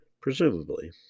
presumably